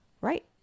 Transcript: Right